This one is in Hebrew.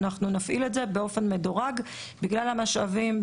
אנחנו נפעיל את זה באופן מדורג בגלל המשאבים,